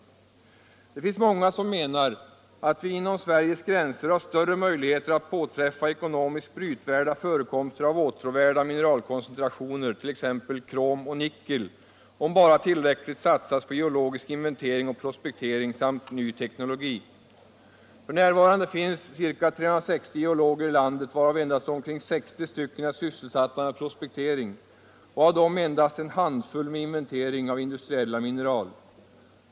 Nr 125 Det finns många som menar att vi inom Sveriges gränser har större Torsdagen den mineralkoncentrationer — t.ex. krom och nickel - om bara tillräckligt är sysselsatta med prospektering och av dessa endast en handfull med inventering av industriella mineral.